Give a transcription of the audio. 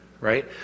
right